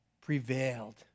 prevailed